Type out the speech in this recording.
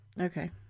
Okay